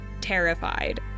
terrified